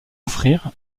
offrir